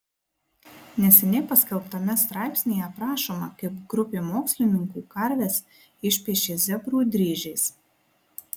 neseniai paskelbtame straipsnyje aprašoma kaip grupė mokslininkų karves išpiešė zebrų dryžiais